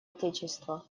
отечества